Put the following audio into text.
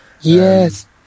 yes